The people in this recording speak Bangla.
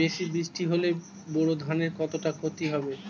বেশি বৃষ্টি হলে বোরো ধানের কতটা খতি হবে?